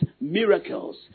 miracles